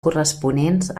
corresponents